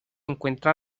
encuentra